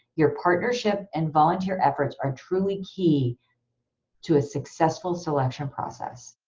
your partnership and volunteer efforts are truly key to a successful selection process.